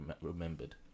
remembered